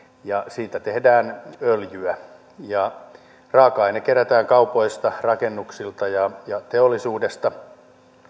ja siitä tehdään öljyä raaka aine kerätään kaupoista rakennuksilta ja ja teollisuudesta